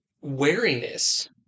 wariness